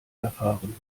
erfahren